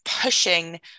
pushing